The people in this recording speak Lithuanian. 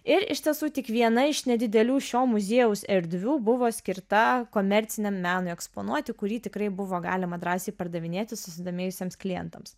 ir iš tiesų tik viena iš nedidelių šio muziejaus erdvių buvo skirta komerciniam menui eksponuoti kurį tikrai buvo galima drąsiai pardavinėti susidomėjusiems klientams